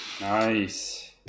Nice